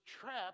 trapped